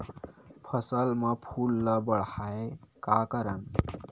फसल म फूल ल बढ़ाय का करन?